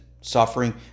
suffering